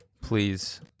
Please